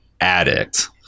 addict